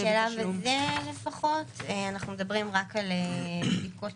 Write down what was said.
בשלב הזה לפחות אנחנו מדברים רק על בדיקות